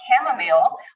Chamomile